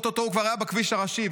או-טו-טו הוא כבר בכביש הראשי,